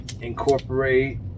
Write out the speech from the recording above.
incorporate